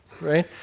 right